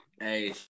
hey